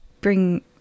bring